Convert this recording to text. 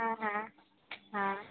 હા હા હા